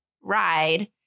ride